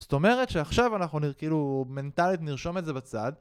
זאת אומרת שעכשיו אנחנו נראה כאילו מנטלית נרשום את זה בצד